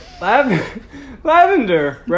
Lavender